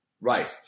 Right